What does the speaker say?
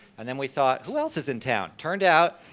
and then we thought, who else is in town? turned out,